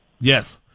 Yes